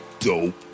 Dope